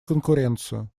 конкуренцию